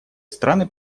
страны